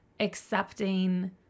accepting